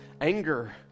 anger